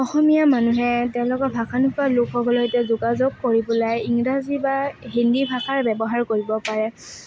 অসমীয়া মানুহে তেওঁলোকৰ ভাষা নোকোৱা লোকসকলৰ সৈতে যোগাযোগ কৰিবলৈ ইংৰাজী বা হিন্দী ভাষাৰ ব্যৱহাৰ কৰিব পাৰে